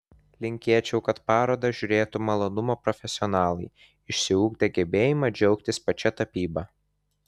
linkėčiau kad parodą žiūrėtų malonumo profesionalai išsiugdę gebėjimą džiaugtis pačia tapyba